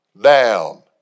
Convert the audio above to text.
down